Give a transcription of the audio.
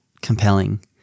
compelling